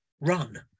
run